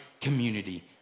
community